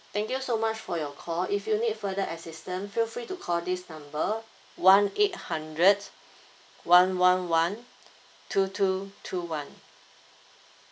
thank you so much for your call if you need further assistant feel free to call this number one eight hundred one one one two two two one